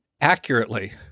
accurately